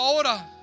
Now